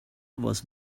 was